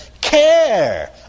Care